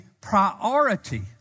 priority